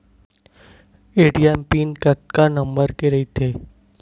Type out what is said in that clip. ATM pin कतका number के रही थे?